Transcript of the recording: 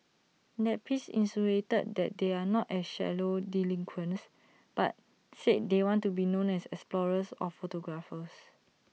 the piece insinuated that they are not A shallow delinquents but said they want to be known as explorers or photographers